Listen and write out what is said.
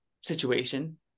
situation